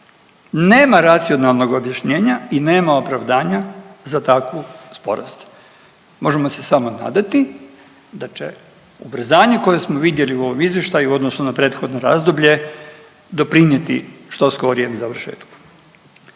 Nema racionalnog objašnjenja i nema opravdanja za takvu sporost. Možemo se samo nadati da će ubrzanje koje smo vidjeli u ovom izvještaju odnosno na prethodno razdoblje, doprinijeti što skorijem završetku.